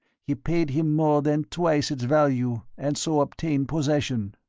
he paid him more than twice its value, and so obtained possession.